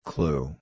Clue